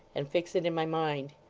and fix it in my mind.